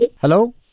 Hello